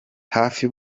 hafi